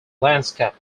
landscape